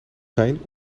fijn